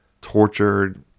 tortured